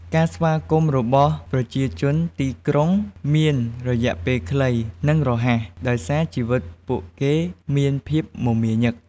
ការស្វាគមន៍របស់ប្រជាជនទីក្រុង មានរយៈពេលខ្លី និងរហ័ស ដោយសារជីវិតពួកគេមានភាពមមាញឹក។